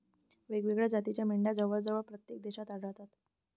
वेगवेगळ्या जातीच्या मेंढ्या जवळजवळ प्रत्येक देशात आढळतात